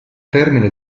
termine